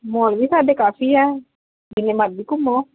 mall ਵੀ ਸਾਡੇ ਕਾਫੀ ਹੈ ਜਿੰਨੇ ਮਰਜ਼ੀ ਘੁੰਮੋ